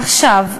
עכשיו,